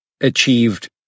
achieved